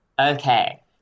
Okay